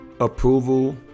approval